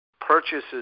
purchases